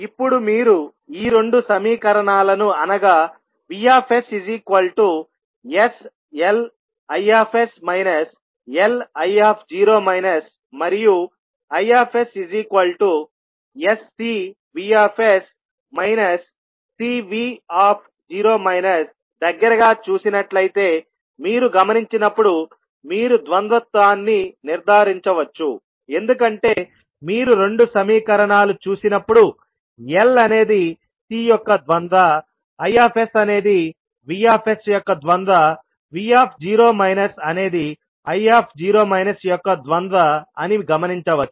ఇప్పుడు మీరు ఈ రెండు సమీకరణాలను అనగా VssLIs Li0 మరియు IssCVs Cv0 దగ్గరగా చూసినట్లయితేమీరు గమనించినప్పుడు మీరు ద్వంద్వత్వాన్ని నిర్ధారించవచ్చుఎందుకంటే మీరు రెండు సమీకరణాలు చూసినప్పుడు L అనేది C యొక్క ద్వంద్వ Is అనేది Vs యొక్క ద్వంద్వv0 అనేది i0 యొక్క ద్వంద్వ అని గమనించవచ్చు